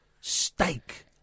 steak